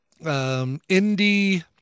indie